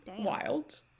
wild